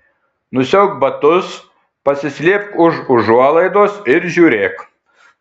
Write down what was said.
nusiauk batus pasislėpk už užuolaidos ir žiūrėk